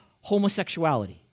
homosexuality